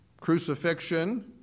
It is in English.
crucifixion